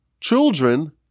children